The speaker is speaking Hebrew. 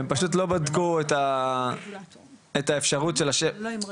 הם פשוט לא בדקו את האפשרות --- לא עם רגולטור,